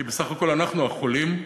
כי אנחנו, החולים,